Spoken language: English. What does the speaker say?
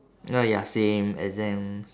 uh ya same exams